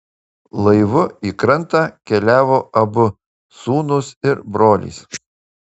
laivu į krantą keliavo abu sūnūs ir brolis